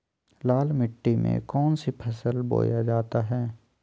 लाल मिट्टी में कौन सी फसल बोया जाता हैं?